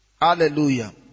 Hallelujah